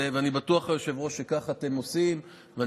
אני בטוח שככה אתם עושים, היושב-ראש.